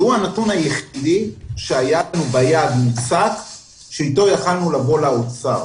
שהיא הנתון היחיד המוצק שהיה לנו ביד שאתו יכולנו לבוא לאוצר.